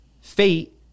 fate